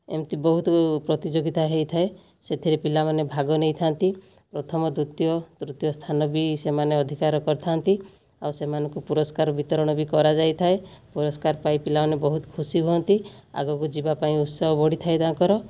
ଏମିତି ବହୁତ ପ୍ରତିଯୋଗିତା ହେଇଥାଏ ସେଥିରେ ପିଲାମାନେ ଭାଗ ନେଇଥାନ୍ତି ପ୍ରଥମ ଦ୍ଵିତୀୟ ତୃତୀୟ ସ୍ଥାନ ବି ସେମାନେ ଅଧିକାର କରିଥାନ୍ତି ଆଉ ସେମାନଙ୍କୁ ପୁରସ୍କାର ବିତରଣ ବି କରାଯାଇଥାଏ ପୁରସ୍କାର ପାଇ ପିଲାମାନେ ବହୁତ ଖୁସି ହୁଅନ୍ତି ଆଗକୁ ଯିବା ପାଇଁ ଉତ୍ସାହ ବଢ଼ିଥାଏ ତାଙ୍କର